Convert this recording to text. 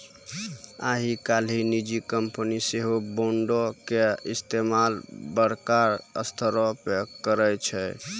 आइ काल्हि निजी कंपनी सेहो बांडो के इस्तेमाल बड़का स्तरो पे करै छै